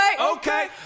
Okay